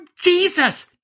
Jesus